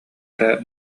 эрэ